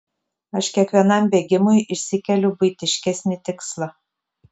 aš kiekvienam bėgimui išsikeliu buitiškesnį tikslą